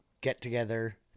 get-together